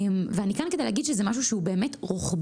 אני כאן כדי להגיד שזה משהו שהוא באמת רוחבי,